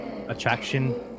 attraction